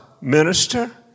minister